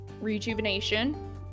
rejuvenation